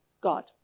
God